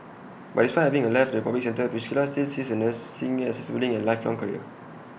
but despite having left the public sector Priscilla still sees nursing as A fulfilling and lifelong career